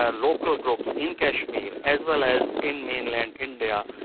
ah local groups in kashmir, as well as in mainland india,